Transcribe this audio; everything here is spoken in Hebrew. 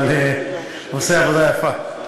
אבל עושה עבודה יפה.